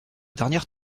dernière